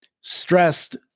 stressed